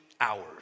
hours